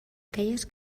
aquelles